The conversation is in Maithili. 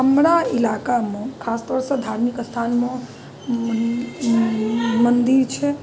हमरा इलाकामे खासतौरसँ धार्मिक स्थानमे मन्दिर छै